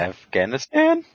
Afghanistan